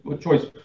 choice